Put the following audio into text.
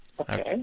Okay